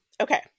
Okay